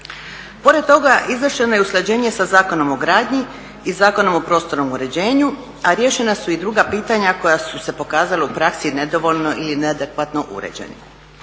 Pored toga izvršeno je usklađenje sa Zakonom o gradnji i Zakonom o prostornom uređenju a riješena su i druga pitanja koja su se pokazala u praksi nedovoljno ili neadekvatno uređene.